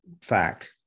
fact